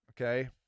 okay